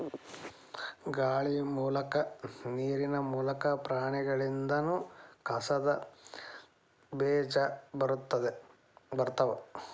ಗಾಳಿ ಮೂಲಕಾ ನೇರಿನ ಮೂಲಕಾ, ಪ್ರಾಣಿಗಳಿಂದನು ಕಸದ ಬೇಜಾ ಬರತಾವ